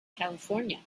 california